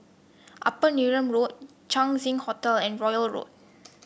Upper Neram Road Chang Ziang Hotel and Royal Road